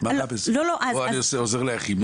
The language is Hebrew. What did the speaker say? או שאני עוזר לאחי.